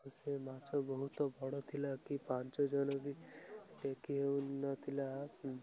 ସେ ମାଛ ବହୁତ ବଡ଼ ଥିଲା କି ପାଞ୍ଚ ଜଣ ବି ଟେକି ହେଉନଥିଲା